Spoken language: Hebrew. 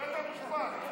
בית המשפט.